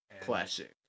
classic